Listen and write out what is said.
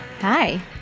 Hi